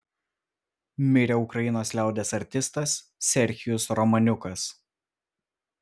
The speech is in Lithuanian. mirė ukrainos liaudies artistas serhijus romaniukas